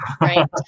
Right